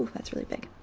that's really big.